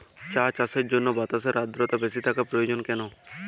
চা চাষের জন্য বাতাসে আর্দ্রতা বেশি থাকা প্রয়োজন কেন?